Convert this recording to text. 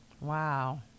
Wow